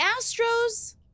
Astros